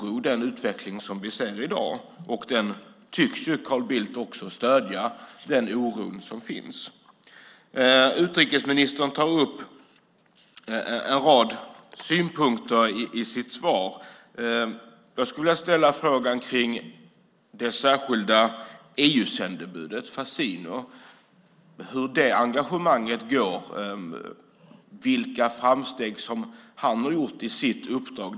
Den utveckling vi ser i dag inger oro, och den oron tycks ju Carl Bildt dela. Utrikesministern tar upp en rad synpunkter i sitt svar. Jag skulle vilja fråga om det särskilda EU-sändebudet Fassino. Hur går det engagemanget? Vilka framsteg har han gjort i sitt uppdrag?